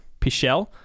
Pichel